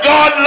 God